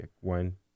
One